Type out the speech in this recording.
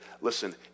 listen